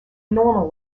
normal